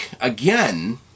again